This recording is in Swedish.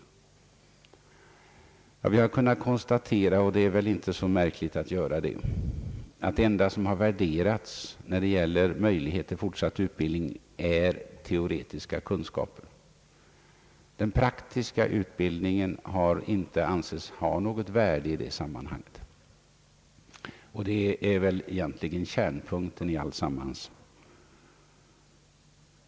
Vi har då kunnat konstatera — och detta är väl inte så märkligt — att det enda som värderas när det gäller möjlighet till fortsatt utbildning är teoretiska kunskaper. Den praktiska utbildningen har inte ansetts vara av något värde i det sammanhnaget. Detta är egentligen kärnpunkten i alltsammans.